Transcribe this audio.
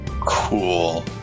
cool